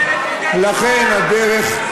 אז תבטל את, לכן, הדרך,